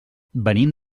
venim